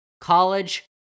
College